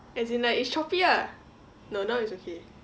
as in like it's choppy ah no now it's okay